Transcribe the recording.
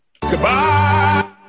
Goodbye